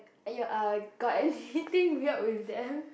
you err got anything weird with them